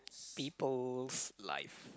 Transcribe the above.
people's life